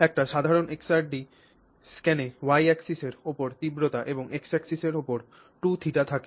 একটি সাধারণ XRD স্ক্যানে y axis এর উপর তীব্রতা এবং x axis এর উপর 2θ থাকে